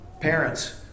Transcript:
Parents